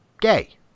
gay